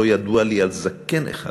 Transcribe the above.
לא ידוע לי על זקן אחד